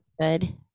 good